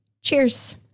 Cheers